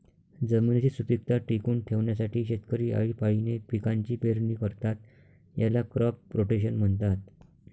जमिनीची सुपीकता टिकवून ठेवण्यासाठी शेतकरी आळीपाळीने पिकांची पेरणी करतात, याला क्रॉप रोटेशन म्हणतात